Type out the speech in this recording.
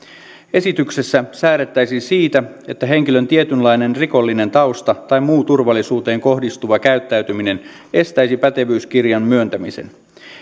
esityksessä säädettäisiin siitä että henkilön tietynlainen rikollinen tausta tai muu turvallisuuteen kohdistuva käyttäytyminen estäisi pätevyyskirjan myöntämisen